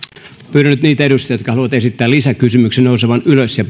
pyydän nyt niitä edustajia jotka haluavat esittää lisäkysymyksiä nousemaan ylös ja